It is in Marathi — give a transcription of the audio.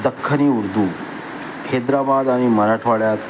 दख्खनी उर्दू हैद्रबाद आणि मराठवाड्यात